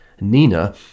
Nina